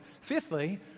Fifthly